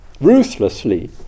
ruthlessly